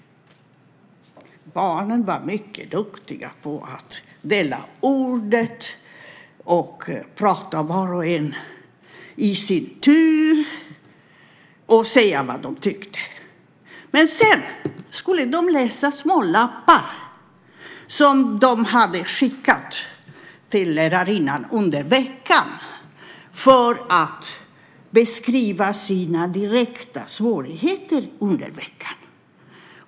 Barnen var mycket duktiga på att fördela ordet och på att prata var och en, i tur och ordning, och säga vad de tyckte. Men sedan skulle de läsa små lappar som de under veckan hade skickat till lärarinnan för att beskriva sina direkta svårigheter under veckan.